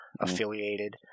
affiliated